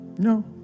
No